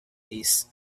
disc